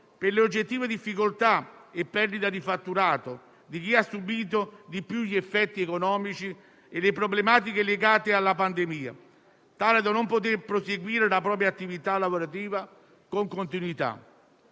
per le oggettive difficoltà e le perdite di fatturato di chi ha subito di più gli effetti economici e le problematiche legate alla pandemia, tanto da non poter proseguire la propria attività lavorativa con continuità.